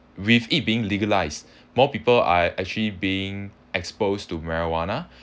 with it being legalised more people are actually being exposed to marijuana